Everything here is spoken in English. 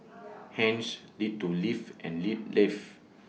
hence learn to live and lit live